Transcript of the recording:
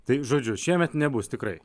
tai žodžiu šiemet nebus tikrai